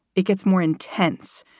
it gets more intense,